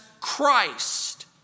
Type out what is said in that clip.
Christ